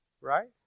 Right